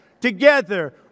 together